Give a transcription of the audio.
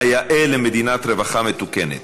כיאה למדינת רווחה מתוקנת.